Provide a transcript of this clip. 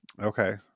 Okay